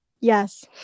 Yes